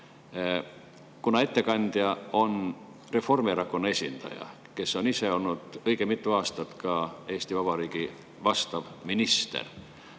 kuna ettekandja on Reformierakonna esindaja, kes on ise olnud õige mitu aastat ka Eesti Vabariigi vastav minister.